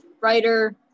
writer